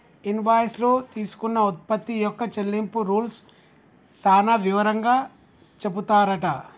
invoice లో తీసుకున్న ఉత్పత్తి యొక్క చెల్లింపు రూల్స్ సాన వివరంగా చెపుతారట